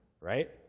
Right